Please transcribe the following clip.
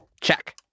Check